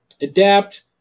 adapt